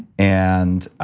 and